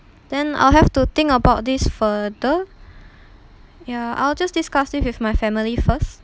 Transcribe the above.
then I'll have to think about this further ya I'll just discuss it with my family first